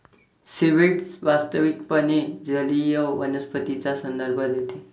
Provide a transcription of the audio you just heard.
seaweed वास्तविकपणे जलीय वनस्पतींचा संदर्भ देते